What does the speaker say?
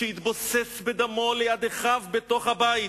שהתבוסס בדמו ליד אחיו בתוך הבית.